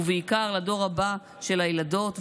ובעיקר לדור הבא של הילדות והילדים.